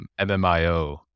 MMIO